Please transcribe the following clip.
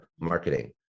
marketing